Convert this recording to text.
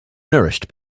nourished